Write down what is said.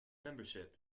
membership